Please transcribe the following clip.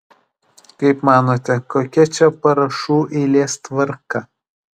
kaip manote kokia čia parašų eilės tvarka